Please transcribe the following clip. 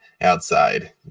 outside